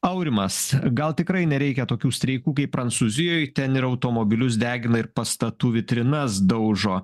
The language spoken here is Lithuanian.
aurimas gal tikrai nereikia tokių streikų kaip prancūzijoj ten ir automobilius degina ir pastatų vitrinas daužo